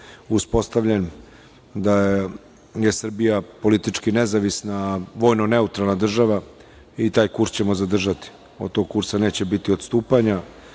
uspostavljen, da je Srbija politički nezavisna, vojno neutralna država i taj kurs ćemo zadržati. Od tog kursa neće biti odstupanja. Verujem